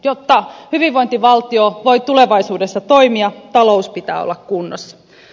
jotta hyvinvointivaltio voi tulevaisuudessa toimia talouden pitää olla kunnossa